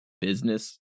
business